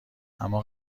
اما